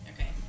Okay